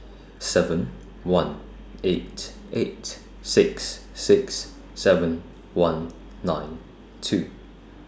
seven one eight eight six six seven one nine two